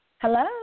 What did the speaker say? Hello